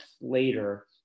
later